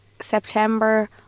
September